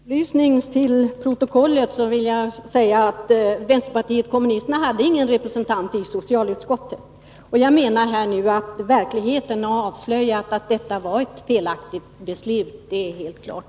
Herr talman! Bara som en upplysning för protokollet vill jag säga att vänsterpartiet kommunisterna inte hade någon representant i socialutskottet. Verkligheten har ju avslöjat att man fattade ett felaktigt beslut — det är helt klart.